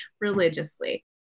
religiously